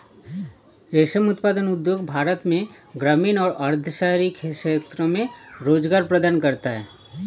रेशम उत्पादन उद्योग भारत में ग्रामीण और अर्ध शहरी क्षेत्रों में रोजगार प्रदान करता है